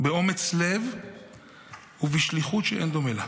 באומץ לב ובשליחות שאין דומה לה.